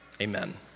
Amen